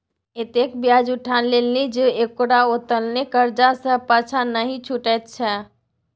एतेक ब्याज उठा लेलनि जे ओकरा उत्तोलने करजा सँ पाँछा नहि छुटैत छै